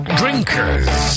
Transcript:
drinkers